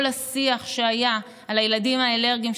כל השיח שהיה על הילדים האלרגיים,